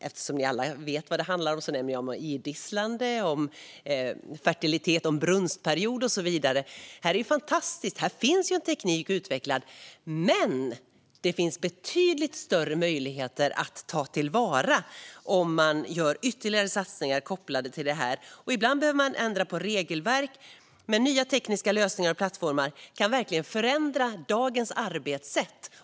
Eftersom ni alla vet vad det handlar om nämner jag idisslande, fertilitet och brunstperioder. Det är en fantastisk teknik som utvecklats, men det finns betydligt större möjligheter. Det gäller att ta till vara dem och göra ytterligare satsningar. Ibland behöver man ändra på regelverk. Nya tekniska lösningar kan verkligen förändra dagens arbetssätt.